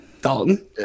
Dalton